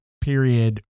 period